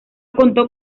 contó